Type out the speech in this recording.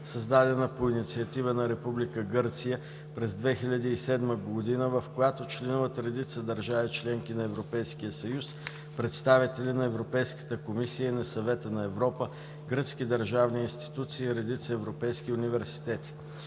създадена по инициатива на Република Гърция през 2007 г., в която членуват редица държави – членки на Европейския съюз, представители на Европейската комисия и на Съвета на Европа, гръцки държавни институции и редица европейски университети.